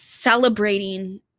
celebrating